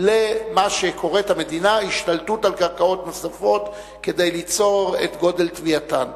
למה שקוראת המדינה: השתלטות על קרקעות נוספות כדי ליצור את גודל תביעתן.